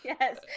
Yes